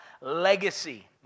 legacy